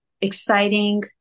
Exciting